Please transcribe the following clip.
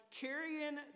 carrying